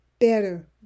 better